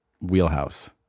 wheelhouse